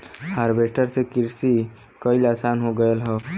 harvester से किरसी कईल आसान हो गयल हौवे